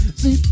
see